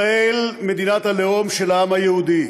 ישראל, מדינת הלאום של העם היהודי.